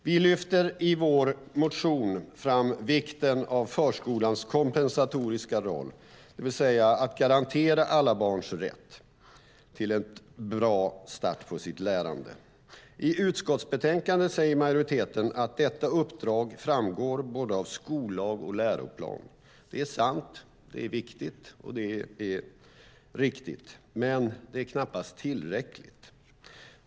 Vi lyfter i vår motion fram vikten av förskolans kompensatoriska roll, det vill säga att garantera alla barns rätt till en bra start på sitt lärande. Detta är min första punkt. I utskottsbetänkandet säger majoriteten att detta uppdrag framgår av både skollag och läroplan. Det är sant, viktigt och riktigt, men det är knappast tillräckligt.